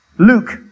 Luke